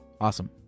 Awesome